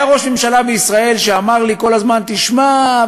היה ראש ממשלה בישראל שאמר לי כל הזמן: תשמע,